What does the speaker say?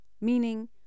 meaning